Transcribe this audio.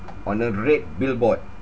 on a red billboard